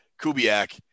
Kubiak